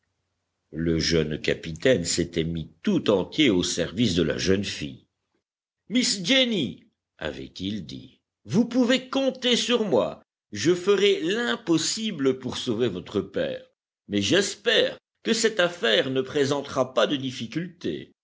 entier au service de la jeune fille miss jenny avait-il dit vous pouvez compter sur moi je ferai l'impossible pour sauver votre père mais j'espère que cette affaire ne présentera pas de difficultés